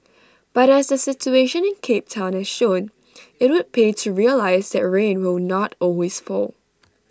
but as the situation in cape Town has shown IT would pay to realise that rain will not always fall